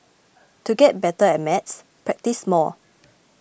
to get better at maths practise more